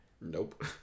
Nope